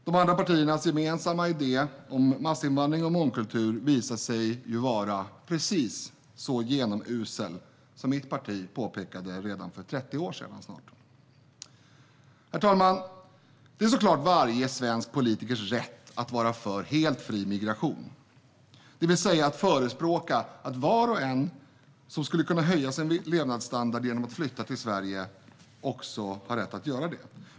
De andra partiernas gemensamma idé om massinvandring och mångkultur visade sig vara precis så genomusel som mitt parti påpekade redan för snart 30 år sedan. Herr talman! Det är såklart varje svensk politikers rätt att vara för helt fri migration, det vill säga förespråka att var och en som skulle kunna höja sin levnadsstandard genom att flytta till Sverige också har rätt att göra det.